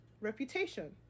reputation